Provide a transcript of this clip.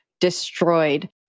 destroyed